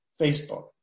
Facebook